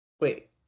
Wait